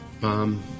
Mom